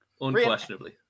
unquestionably